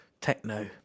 techno